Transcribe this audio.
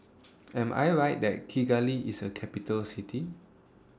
Am I Right that Kigali IS A Capital City